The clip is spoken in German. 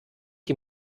die